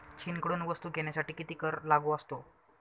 चीनकडून वस्तू घेण्यासाठी किती कर लागू असतो?